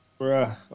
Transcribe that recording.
Bruh